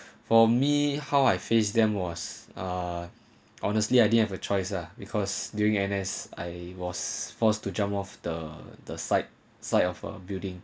for me how I face them was ah honestly I didn't have a choice ah because during N_S I was forced to jump off the the side side of a building